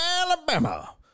Alabama